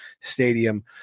stadium